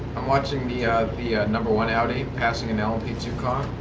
i'm watching the ah the ah number one audi passing an l m p two car.